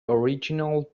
original